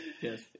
Yes